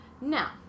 Now